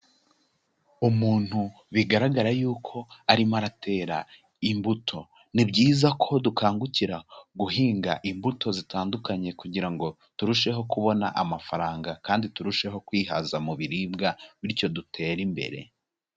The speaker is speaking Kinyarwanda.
Umuntu bigaragara yuko arimo aratera imbuto. Ni byiza ko dukangukira guhinga imbuto zitandukanye kugira ngo turusheho kubona amafaranga, kandi turusheho kwihaza mu biribwa, bityo dutere imbere.